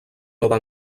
nova